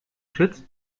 schützt